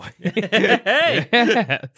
Hey